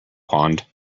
pond